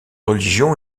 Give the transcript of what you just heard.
religions